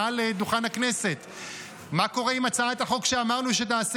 מעל דוכן הכנסת: מה קורה עם הצעת החוק שאמרנו שתעשה